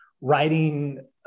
writing